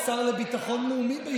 עצרתי את הדיון.